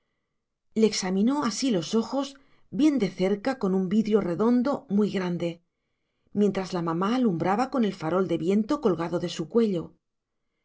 le examinó así los ojos bien de cerca con un vidrio redondo muy grande mientras la mamá alumbraba con el farol de viento colgado de su cuello